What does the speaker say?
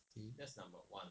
okay